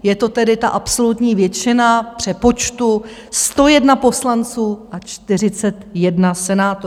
Je to tedy ta absolutní většina v přepočtu 101 poslanců a 41 senátorů.